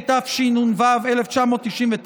התשנ"ו 1996,